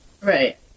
right